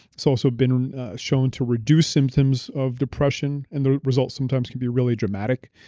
it's also been shown to reduce symptoms of depression and the result sometimes could be really dramatic.